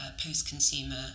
post-consumer